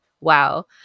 Wow